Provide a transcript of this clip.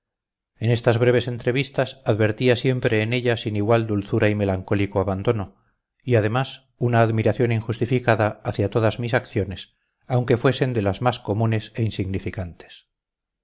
en estas breves entrevistas advertía siempre en ella sin igual dulzura y melancólico abandono y además una admiración injustificada hacia todas mis acciones aunque fuesen de las más comunes e insignificantes